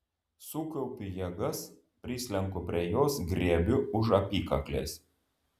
sukaupiu jėgas prislenku prie jos griebiu už apykaklės